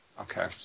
okay